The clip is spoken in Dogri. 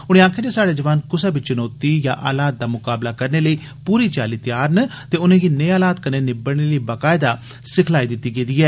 उनें आक्खेआ जे स्हाड़े जवान कृसै बी चुनौती या हालात दा मुकाबला करने लेई पूरी चाल्ली त्यार न ते उनेंगी नेह हालात कन्ने निब्बड़ने लेई बाकायदा सिखलाई दित्ती गेदी ऐ